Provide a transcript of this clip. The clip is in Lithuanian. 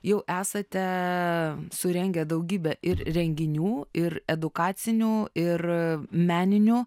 jau esate surengę daugybę ir renginių ir edukacinių ir meninių